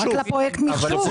רק לפרויקט מחשוב.